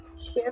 ship